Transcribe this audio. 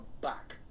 back